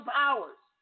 powers